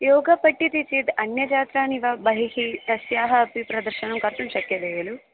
योग पठ्यते चेत् अन्यछात्राणि वा बहिः तस्याः अपि प्रदर्शनं कर्तुं शक्यते खलु